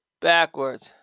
backwards